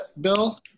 Bill